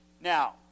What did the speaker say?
Now